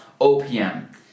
OPM